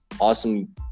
awesome